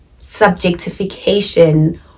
subjectification